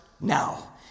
now